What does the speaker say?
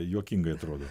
juokingai atrodo